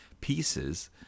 pieces